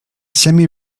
semi